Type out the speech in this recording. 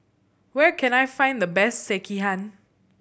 where can I find the best Sekihan